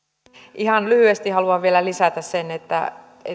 ihan lyhyesti haluan vielä lisätä sen että